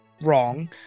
wrong